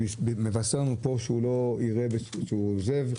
שבישר לנו שהוא עוזב,